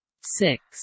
six